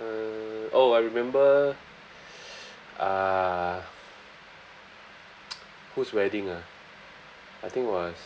uh oh I remember uh whose wedding ah I think was